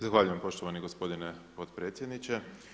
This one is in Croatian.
Zahvaljujem poštovani gospodine potpredsjedniče.